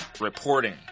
reporting